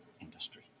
industry